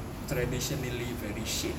traditionally very shit